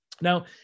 Now